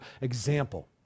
example